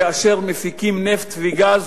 כאשר מפיקים נפט וגז,